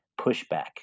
pushback